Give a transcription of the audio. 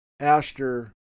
Aster